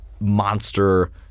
monster